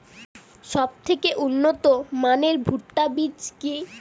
সবথেকে উন্নত মানের ভুট্টা বীজ কি?